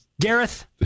Gareth